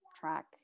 track